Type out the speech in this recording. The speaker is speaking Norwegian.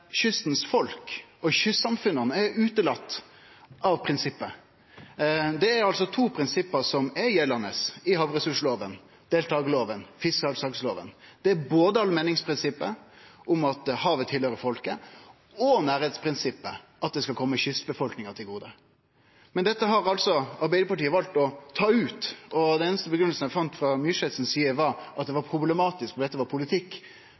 kystens folk og kystsamfunna er utelatne av prinsippet. Det er to prinsipp som gjeld i havressurslova, deltakarlova og fiskesalslagslova: Det er både allmenningsprinsippet, at havet tilhøyrer folket, og nærleiksprinsippet, at det skal kome kystbefolkninga til gode. Men dette har Arbeidarpartiet valt å ta ut, og den einaste grunngivinga eg fant frå Myrseth si side, var at det var problematisk, og at dette var politikk.